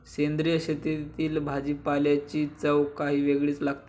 सेंद्रिय शेतातील भाजीपाल्याची चव काही वेगळीच लागते